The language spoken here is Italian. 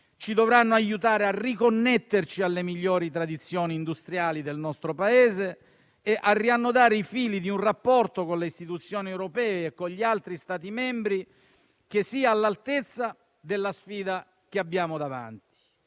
ci dovranno aiutare a riconnetterci alle migliori tradizioni industriali del nostro Paese e a riannodare i fili di un rapporto con le istituzioni europee e con gli altri Stati membri che sia all'altezza della sfida che abbiamo davanti.